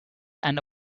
and